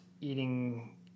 eating